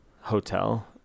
hotel